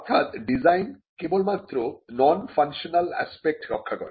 অর্থাৎ ডিজাইন কেবলমাত্র non functional aspect রক্ষা করে